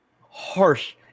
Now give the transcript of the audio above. harsh